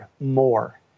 more